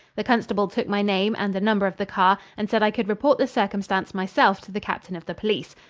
the constable took my name and the number of the car and said i could report the circumstance myself to the captain of the police.